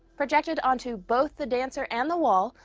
projected onto both the dancer and the wall,